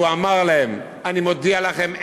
והוא אמר להם: אני מודיע לכם,